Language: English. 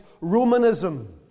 Romanism